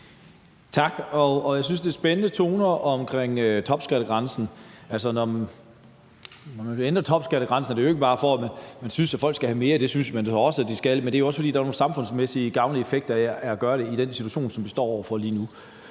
Tak. Jeg synes, det er spændende toner omkring topskattegrænsen. Altså, når man vil ændre topskattegrænsen, er det jo ikke bare, fordi man synes, at folk skal have mere; det synes man så også de skal, men det er jo også, fordi der er nogle samfundsmæssigt gavnlige effekter af at gøre det i den situation, som vi står over for lige nu.